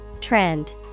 Trend